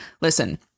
Listen